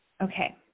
Okay